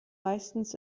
meistens